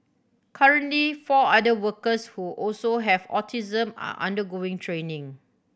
currently four other workers who also have autism are undergoing training